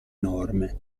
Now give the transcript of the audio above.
norme